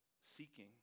seeking